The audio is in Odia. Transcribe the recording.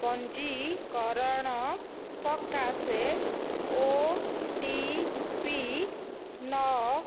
ପଞ୍ଜୀକରଣ ସକାଶେ ଓ ଟି ପି ନଅ